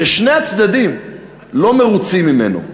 ששני הצדדים לא מרוצים ממנו,